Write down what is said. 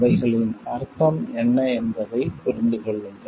அவைகளின் அர்த்தம் என்ன என்பதைப் புரிந்து கொள்ளுங்கள்